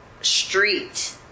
street